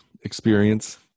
experience